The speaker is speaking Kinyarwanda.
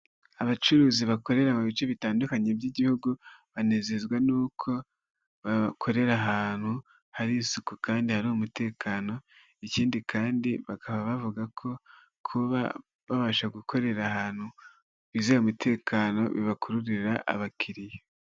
Abacuruzi bakorera mu bice bitandukanye by'igihugu, banezezwa n'uko bakorera ahantu hari isuku, kandi hari umutekano, ikindi kandi bakaba bavuga ko kuba babasha gukorera ahantu bizeye umutekano, bibakururira abakiriya.